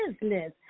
business